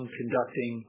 conducting